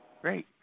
Great